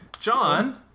John